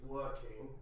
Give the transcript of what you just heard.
working